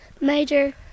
major